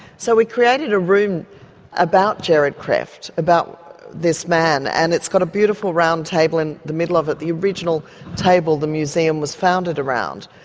so we created a room about gerard krefft, about this man, and it's got a beautiful round table in the middle of it the original table the museum was founded around,